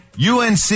UNC